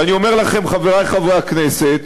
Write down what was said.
ואני אומר לכם, חברי חברי הכנסת,